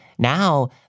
Now